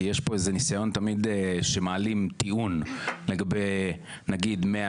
כי יש פה איזה ניסיון תמיד שמעלים טיעון לגבי נגיד 100,